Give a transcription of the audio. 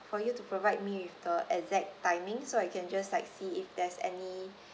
for me for you to provide me with the exact timing so I can just like see if there's any